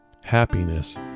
Happiness